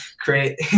create